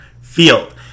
field